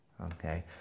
Okay